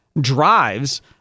drives